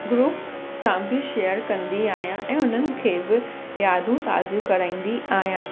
group सां बि share कंदी आहियां ऐं हुननि खे बि यादूं ताज़ा करांईंदी आहियां